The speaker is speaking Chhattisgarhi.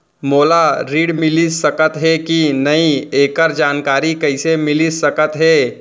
मोला ऋण मिलिस सकत हे कि नई एखर जानकारी कइसे मिलिस सकत हे?